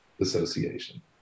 Association